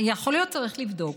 יכול להיות שבגלל זה.